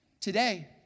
today